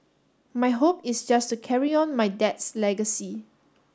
my hope is just to carry on my dad's legacy